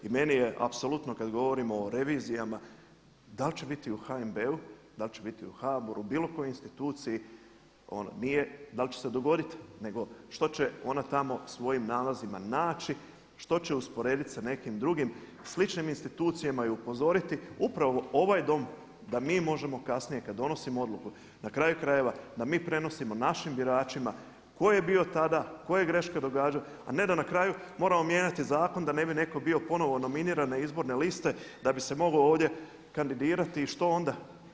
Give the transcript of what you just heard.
I meni je apsolutno kada govorimo o revizijama da li će biti u HNB-u, da li će biti u HBOR-u, bilo kojoj instituciji nije da li će se dogoditi nego što će ona tamo svojim nalazima naći, što će usporediti sa nekim drugim sličnim institucijama i upozoriti upravo ovaj dom da mi možemo kasnije kada donosimo odluku, na kraju krajeva da mi prenosimo našim biračima tko je bio tada, tko je greške … a ne da na kraju moramo mijenjati zakon da ne bi netko bio ponovno nominiran na izborne liste, da bi se mogao ovdje kandidirati i što ona?